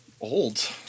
Old